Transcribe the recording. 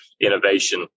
innovation